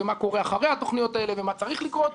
מה קורה אחרי התוכניות האלה ומה צריך לקרות,